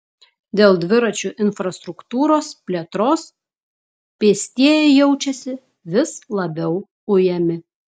dėl dviračių infrastruktūros plėtros pėstieji jaučiasi vis labiau ujami